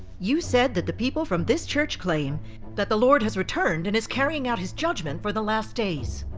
you said that the people from this church claim that the lord has returned and is carrying out his judgment for the last days.